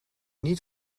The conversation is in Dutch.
niet